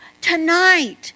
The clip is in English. tonight